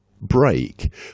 break